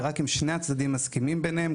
ורק אם שני הצדדים מסכימים ביניהם,